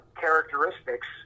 characteristics